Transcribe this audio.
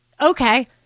okay